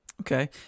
Okay